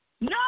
No